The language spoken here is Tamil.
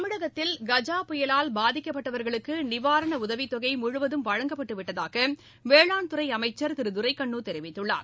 தமிழகத்தில் கஜா புயலால் பாதிக்கப்பட்டவர்களுக்கு நிவாரண உதவித் தொகை முழுவதும் வழங்கப்பட்டுவிட்டதாக வேளாண்துறை அமைச்சர் திரு துரைக்கண்ணு தெரிவித்துள்ளார்